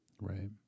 Right